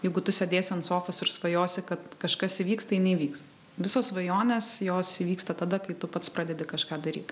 jeigu tu sėdėsi ant sofos ir svajosi kad kažkas įvyks tai neįvyks visos svajonės jos įvyksta tada kai tu pats pradedi kažką daryt